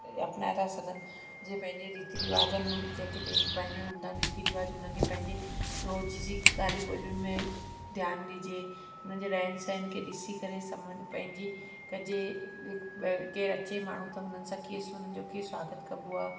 अपनाए था सघनि जीअं पंहिंजी रीति रवाजनि जेकी पंहिंजी हूंदा आहिनि रीति रवाज हूंदा आहिनि हुनखे पंहिंजी रोज़ु जी ॻाल्हियुनि ॿोलियुनि में ध्यानु ॾिजे हुननि जे रहनि सहनि खे ॾिसी करे समुझ पंहिंजी कजे केरु अचे माण्हू त हुननि सां कीअं स कीअं हुनजो स्वागत कबो आहे